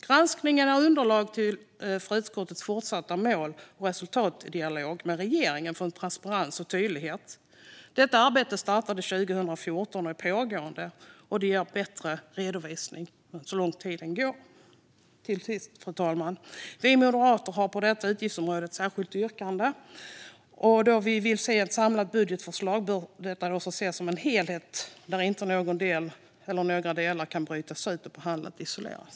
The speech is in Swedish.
Granskningen utgör underlag för utskottets fortsatta mål och resultatdialog med regeringen för transparens och tydlighet. Detta arbete startade 2014 och är pågående, och det leder till bättre redovisning allteftersom tiden går. Till sist, fru talman, har vi moderater på detta utgiftsområde ett särskilt yrkande, då vi vill att det samlade budgetförslaget bör ses som en helhet där inte någon del eller några delar kan brytas ut och behandlas isolerat.